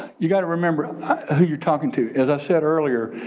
you got to remember who you're talking to. as i said earlier,